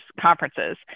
conferences